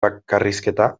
bakarrizketa